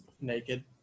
naked